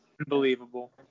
unbelievable